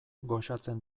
goxatzen